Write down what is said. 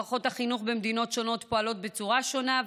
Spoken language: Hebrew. מערכות החינוך במדינות שונות פועלות בצורה שונה,